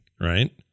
right